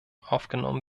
aufgenommen